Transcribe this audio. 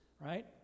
right